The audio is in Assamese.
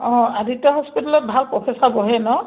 অঁ আদিত্য হস্পিটেলত ভাল প্ৰফেচাৰ বহে ন